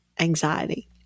anxiety